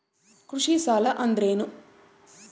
ಕೃಷಿ ಸಾಲ ಅಂದರೇನು?